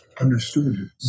Understood